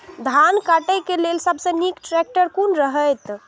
धान काटय के लेल सबसे नीक ट्रैक्टर कोन रहैत?